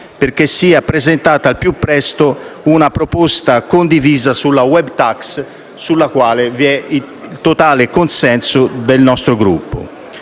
perché sia presentata al più presto una proposta condivisa sulla *web tax*, sulla quale vi è il totale consenso del nostro Gruppo.